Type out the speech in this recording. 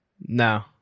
No